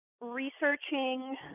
researching